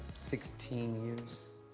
sixteen years.